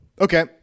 Okay